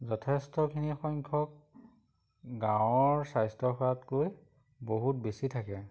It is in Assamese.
যথেষ্টখিনিসংখ্যক গাঁৱৰ স্বাস্থ্যসেৱাতকৈ বহুত বেছি থাকে